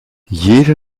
jede